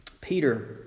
Peter